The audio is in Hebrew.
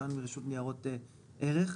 ניתן להטיל יותר מאמצעי אכיפה אחד על אותו מעשה,